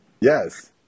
Yes